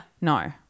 No